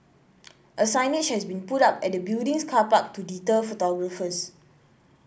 a signage has been put up at the building's car park to deter photographers